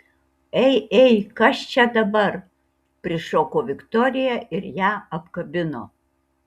ei ei kas čia dabar prišoko viktorija ir ją apkabino